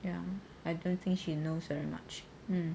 ya I don't think she knows very much